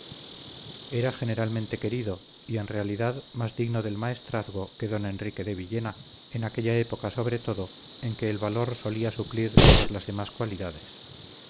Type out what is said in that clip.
era generalmente querido y en realidad más digno del maestrazgo que don enrique de villena en aquella época sobre todo en que el valor solía suplir todas las demás cualidades